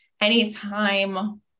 anytime